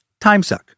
timesuck